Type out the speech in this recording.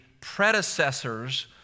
predecessors